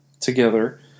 together